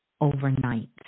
overnight